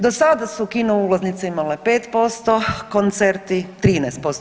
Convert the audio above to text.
Do sada su kino ulaznice imale 5%, koncerti 13%